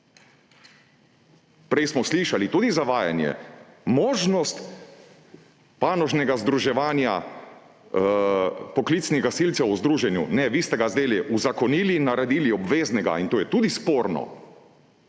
Prej smo slišali tudi zavajanje: možnost panožnega združevanja poklicnih gasilcev v združenju. Ne, vi ste ga zdajle uzakonili in naredili obveznega. In to je tudi sporno.